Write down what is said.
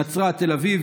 מנצרת לתל אביב,